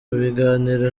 biganiro